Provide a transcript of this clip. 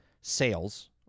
sales